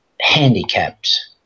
handicapped